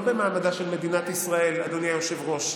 אדוני היושב-ראש,